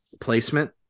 placement